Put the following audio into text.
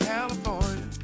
California